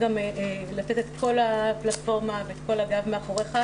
גם לתת את כל הפלטפורמה ואת כל הגב מאחוריך.